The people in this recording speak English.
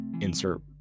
insert